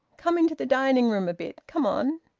come into the dining-room a bit. come on.